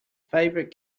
favorite